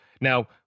Now